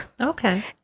Okay